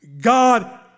God